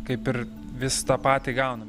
kaip ir vis tą patį gaunam